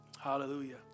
Hallelujah